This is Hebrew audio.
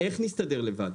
איך נסתדר לבד?